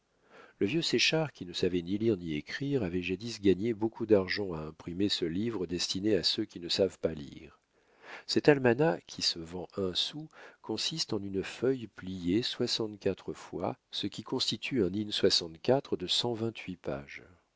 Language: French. le vieux séchard qui ne savait ni lire ni écrire avait jadis gagné beaucoup d'argent à imprimer ce livre destiné à ceux qui ne savent pas lire cet almanach qui se vend un sou consiste en une feuille pliée soixante-quatre fois ce qui constitue un de cent vingt-huit pages